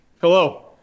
Hello